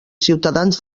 ciutadans